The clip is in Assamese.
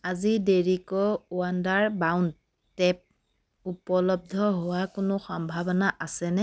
আজি দেৰিকৈ ৱ'ণ্ডাৰ ব্ৰাউন টেপ উপলব্ধ হোৱাৰ কোনো সম্ভাৱনা আছেনে